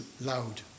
loud